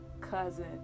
cousin